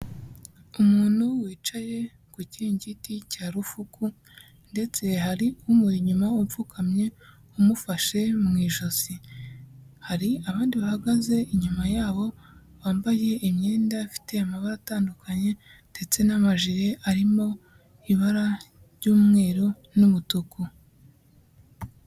Umuntu wicaye ku kiringiti cya rufuku ndetse hari umuri inyuma upfukamye umufashe mu ijosi, hari abandi bahagaze inyuma yabo bambaye imyenda ifite amabara atandukanye ndetse n'amajire arimo ibara ry'umweru n'umutuku.